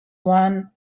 one